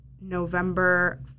November